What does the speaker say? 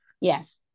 Yes